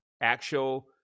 actual